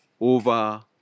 over